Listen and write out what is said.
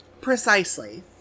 precisely